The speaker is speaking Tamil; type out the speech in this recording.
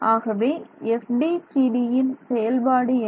ஆகவே FDTD செயல்பாடு என்ன